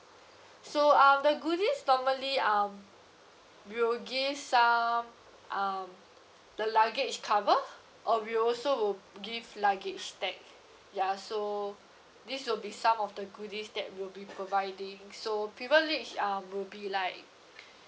so um the goodies normally um we will give some um the luggage cover or we also will give luggage tag ya so this will be some of the goodies that we'll be providing so privilege um will be like